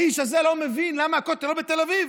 האיש הזה לא מבין למה הכותל לא בתל אביב,